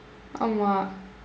ஆமாம்:aamaam